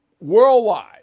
worldwide